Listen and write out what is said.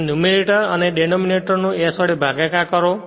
જેથી ન્યૂમરેટર અને ડેનોમીનેટર નો s વડે ભાગાકાર કરો